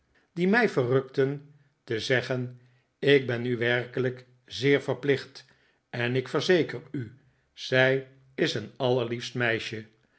die mij verrukten te zeggen ik ben u werkelijk zeer verplicht en ik verzeker u zij is een allerliefst meisje